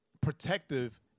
protective